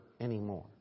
anymore